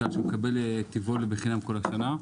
מקבל טבעול בחינם כל השנה.